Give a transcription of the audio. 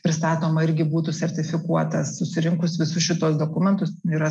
pristatoma irgi būtų sertifikuotas susirinkus visus šituos dokumentus yra